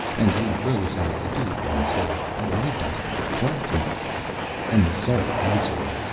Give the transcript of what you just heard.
and he rose out of the deep and said, why dost thou call to me and the soul answered,